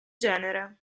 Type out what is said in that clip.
genere